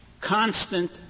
constant